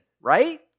right